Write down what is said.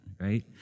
right